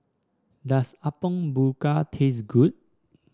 does Apom Berkuah taste good